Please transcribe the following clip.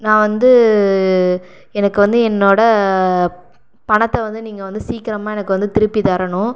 நான் வந்து எனக்கு வந்து என்னோடய பணத்தை வந்து நீங்கள் வந்து சீக்கிரமாக எனக்கு வந்து திருப்பி தரணும்